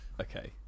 Okay